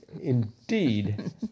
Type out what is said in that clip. indeed